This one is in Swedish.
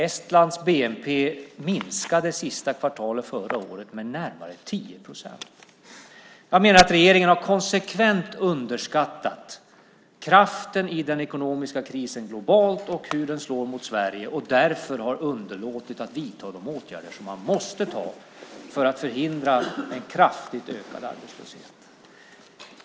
Estlands bnp minskade sista kvartalet förra året med närmare 10 procent. Jag menar att regeringen konsekvent har underskattat kraften i den ekonomiska krisen globalt och hur den slår mot Sverige och därför har underlåtit att vidta de åtgärder som man måste för att förhindra en kraftigt ökad arbetslöshet.